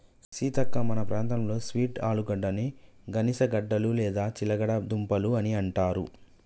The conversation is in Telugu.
సీతక్క మన ప్రాంతంలో స్వీట్ ఆలుగడ్డని గనిసగడ్డలు లేదా చిలగడ దుంపలు అని అంటారు